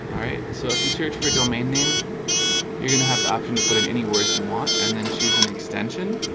alright, so if you search for a domain name you're gonna have the option to put in any words you want and then choose an extension,